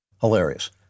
Hilarious